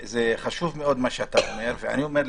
לא, זה חשוב מאוד, מה שאתה אומר, ואני אומר לך: